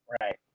Right